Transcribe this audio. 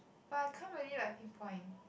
but I can't really like pinpoint